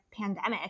pandemic